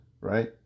right